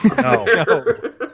No